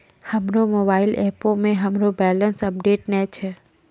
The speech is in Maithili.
हमरो मोबाइल एपो मे हमरो बैलेंस अपडेट नै छै